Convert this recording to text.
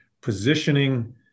positioning